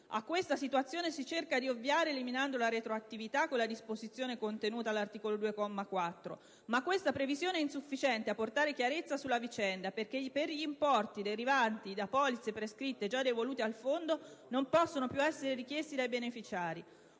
A quest'ultima situazione si cerca di ovviare eliminando la retroattività con la disposizione contenuta all'articolo 2, comma 4, ma questa previsione è insufficiente a portare chiarezza sulla vicenda perché gli importi derivanti da polizze prescritte già devoluti al fondo non possono più essere richiesti dai beneficiari.